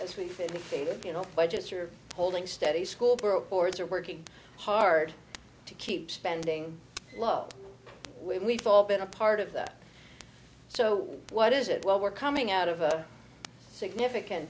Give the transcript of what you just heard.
fingered you know budgets are holding steady school boards are working hard to keep spending low we've all been a part of that so what is it well we're coming out of a significant